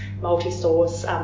multi-source